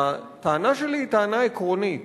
הטענה שלי היא טענה עקרונית.